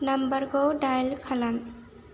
नाम्बारखौ डाइल खालाम